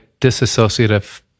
disassociative